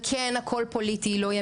וכן הכול פוליטי,